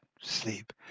sleep